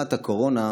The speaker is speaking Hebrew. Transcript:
בלהט הקורונה,